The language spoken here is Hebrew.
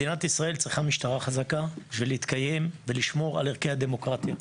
מדינת ישראל צריכה משטרה חזקה כדי להתקיים ולשמור על ערכי הדמוקרטיה.